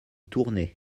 tournai